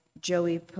Joey